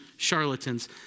charlatans